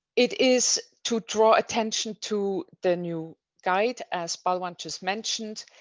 it is to draw attention to the new guide, as balwant just mentioned.